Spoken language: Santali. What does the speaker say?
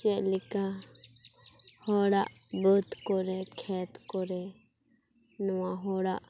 ᱪᱮᱫ ᱞᱮᱠᱟ ᱦᱚᱲᱟᱜ ᱵᱟᱹᱫᱽ ᱠᱚᱨᱮ ᱠᱷᱮᱛ ᱠᱚᱨᱮ ᱱᱚᱣᱟ ᱦᱚᱲᱟᱜ